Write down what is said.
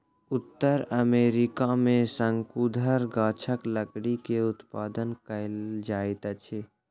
उत्तर अमेरिका में शंकुधर गाछक लकड़ी के उत्पादन कायल जाइत अछि